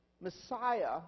Messiah